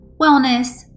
wellness